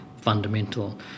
fundamental